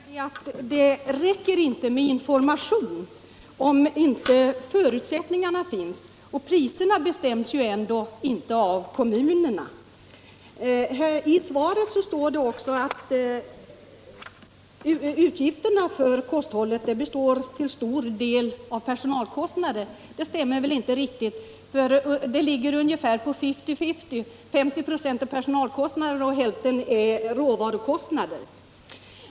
Herr talman! Det är bara det att det räcker inte med information om inte förutsättningarna finns, och priserna bestäms ju ändå inte av kommunerna. I svaret sägs det att utgifterna för kosthållet till stor del består av Nr 24 personalkostnader, men det stämmer väl inte riktigt, utan det är i själva verket fifty-fifty: hälften är personalkostnader och hälften råvarukostnader.